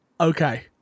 okay